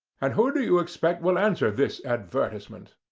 and who do you expect will answer this advertisement.